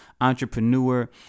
entrepreneur